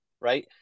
right